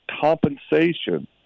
compensation